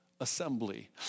assembly